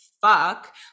fuck